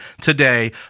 today